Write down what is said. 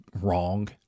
wrong